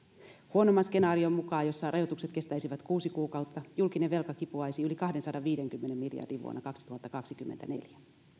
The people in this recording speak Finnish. huonomman skenaarion mukaan jossa rajoitukset kestäisivät kuusi kuukautta julkinen velka kipuaisi yli kahdensadanviidenkymmenen miljardin vuonna kaksituhattakaksikymmentäneljä